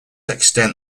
extent